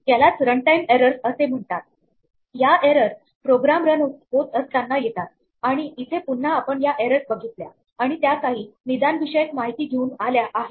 यालाच run time errors असे म्हणतात या एरर प्रोग्राम रन होत असताना येतात आणि इथे पुन्हा आपण या एररस बघितल्या आणि त्या काही निदानविषयक माहिती घेऊन आल्या आहेत